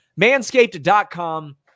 Manscaped.com